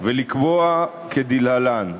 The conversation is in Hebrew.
ולקבוע כדלהלן: